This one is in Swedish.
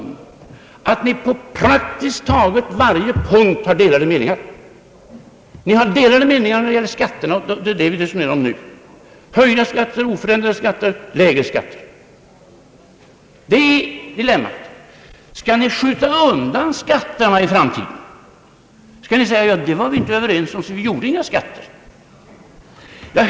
Nu har ni på praktiskt taget varje punkt delade meningar. Ni har delade meningar när det gäller skatterna, som vi resonerar om nu — höjda skatter, oförändrade skatter, lägre skatter. Det är dilemmat. Skall ni skjuta undan skatterna i framtiden och säga att ni var inte överens därom så ni gjorde inga skatter?